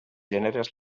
gèneres